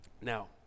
Now